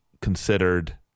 considered